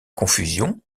confusion